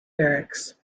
barracks